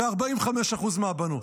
ו-45% מהבנות.